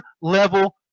level